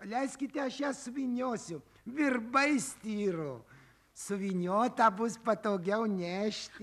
leiskite aš ją suvyniosiu virbai styro suvyniotą bus patogiau nešti